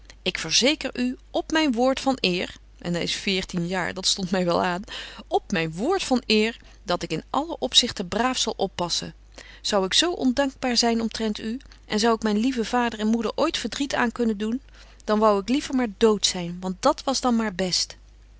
ik verzeker u op myn woord van eer en hy is veertien jaar dat stondt my wel aan op myn woord van eer dat ik in allen opzichte braaf zal oppassen zou ik zo ondankbaar zyn omtrent u en zou ik myn lieve vader en moeder ooit verdriet aan kunnen doen dan wou ik liever maar doot zyn want dat was dan maar best